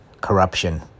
corruption